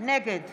נגד